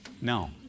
No